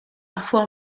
parfois